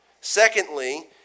Secondly